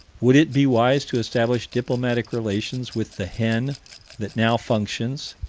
would it be wise to establish diplomatic relation with the hen that now functions,